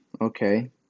okay